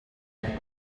rächen